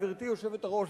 גברתי היושבת-ראש,